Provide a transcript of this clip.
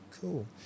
Cool